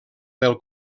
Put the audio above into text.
del